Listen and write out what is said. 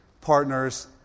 partners